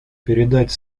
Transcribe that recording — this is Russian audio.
передать